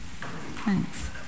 Thanks